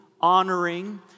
honoring